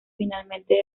finalmente